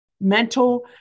mental